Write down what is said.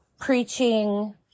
preaching